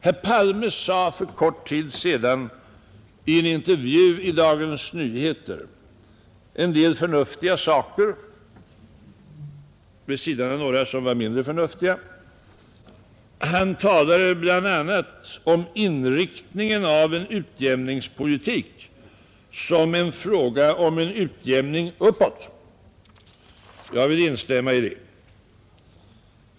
Herr Palme sade för kort tid sedan i en intervju i Dagens Nyheter en del förnuftiga saker vid sidan av några som var mindre förnuftiga. Han talade bl.a. om inriktningen av en utjämningspolitik som en fråga om en utjämning ”uppåt”. Jag vill instämma i detta.